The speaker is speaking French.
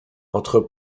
entre